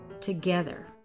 together